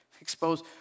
expose